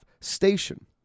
station